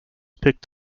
picked